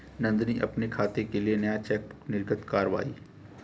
नंदनी अपने खाते के लिए नया चेकबुक निर्गत कारवाई